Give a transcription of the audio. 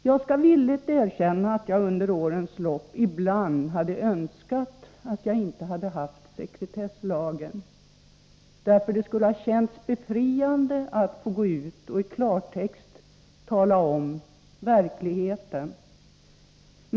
Jag skall villigt erkänna att jag ibland under årens lopp önskat att jag inte hade haft sekretesslagen att ta hänsyn till. Det skulle ha känts befriande att i klartext få tala om hur det verkligen förhåller sig.